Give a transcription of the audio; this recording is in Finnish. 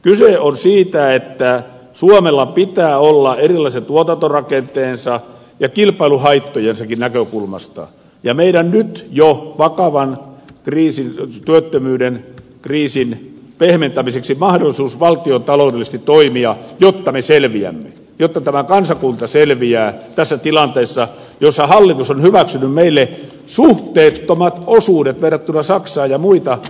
kyse on siitä että suomella pitää olla erilaisen tuotantorakenteensa ja kilpailuhaittojensakin näkökulmasta ja nyt jo vakavan työttömyyden kriisin pehmentämiseksi mahdollisuus valtiontaloudellisesti toimia jotta me selviämme jotta tämä kansakunta selviää tässä tilanteessa jossa hallitus on hyväksynyt meille suhteettomat osuudet verrattuna saksaan ja muihin kantaa vastuita